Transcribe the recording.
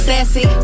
Sassy